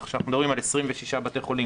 אנחנו מדברים על 26 בתי חולים,